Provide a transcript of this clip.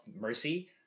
Mercy